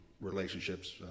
relationships